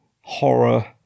horror